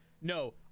no